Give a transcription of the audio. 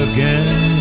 Again